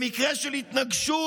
במקרה של התנגשות,